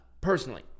personally